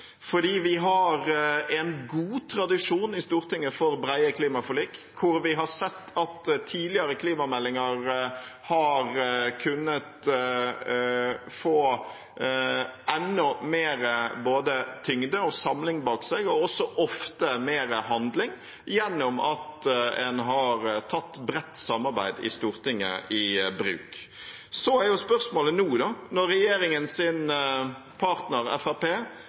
Vi har en god tradisjon i Stortinget for brede klimaforlik. Vi har sett at tidligere klimameldinger har kunnet få enda mer tyngde og samling bak seg – og ofte mer handling – gjennom at man har tatt et bredt samarbeid i Stortinget i bruk. Så er spørsmålet nå: Når regjeringens partner,